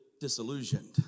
disillusioned